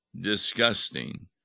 disgusting